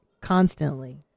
constantly